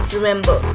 Remember